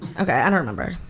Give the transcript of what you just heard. okay, i don't remember.